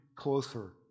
closer